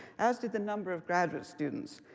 as did the number of graduate students.